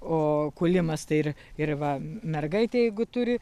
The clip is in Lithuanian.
o kūlimas tai ir ir va mergaitė jeigu turi